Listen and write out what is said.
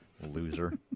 Loser